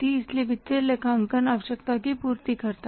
इसलिए वित्तीय लेखांकन आवश्यकता की पूर्ति करता है